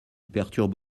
perturbe